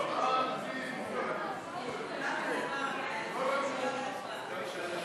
ההצעה להסיר מסדר-היום את הצעת חוק לתיקון פקודת